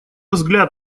взгляд